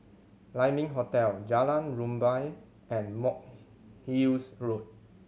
Lai Ming Hotel Jalan Rumbia and Monk Hill's Road